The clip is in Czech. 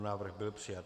Návrh byl přijat.